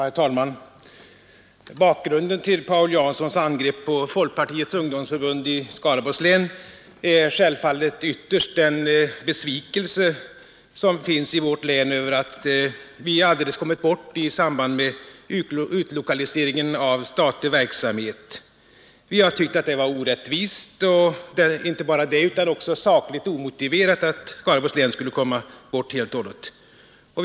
Herr talman! Bakgrunden till Paul Janssons angrepp på Folkpartiets ungdomsförbund i Skaraborgs län är självfallet ytterst den besvikelse som finns i vårt län över att vi alldeles kommit bort i samband med utlokaliseringen av statlig verksamhet. Vi har tyckt att det var orättvist och också sakligt omotiverat att Skaraborgs län skulle glömmas bort helt och hållet.